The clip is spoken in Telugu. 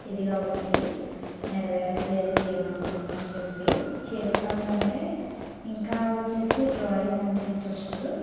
ఇదిగా ఉంది నెరవేరట్లేదు ఏమనుకున్నా అని చెప్పి చేతి పనులు అంటే ఇంకా వచ్చి డ్రాయింగ్ అంటే ఇంట్రస్ట్